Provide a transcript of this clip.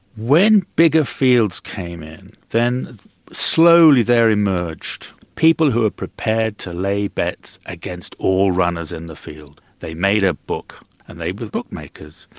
when bigger fields came in, then slowly there emerged people who were prepared to lay bets against all runners in the field. they made a book, and they were the bookmakers.